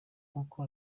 nkuko